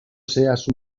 seas